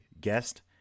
guest